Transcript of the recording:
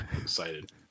Excited